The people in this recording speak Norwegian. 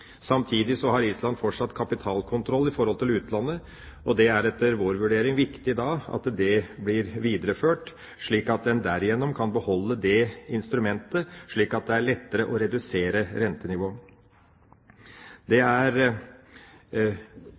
Samtidig har Island fortsatt kapitalkontroll i forhold til utlandet. Det er etter vår vurdering viktig at det blir videreført, slik at en derigjennom kan beholde det instrumentet, slik at det er lettere å redusere rentenivået. Det er